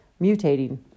mutating